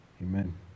Amen